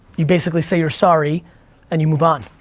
you basically say you're sorry and you move on.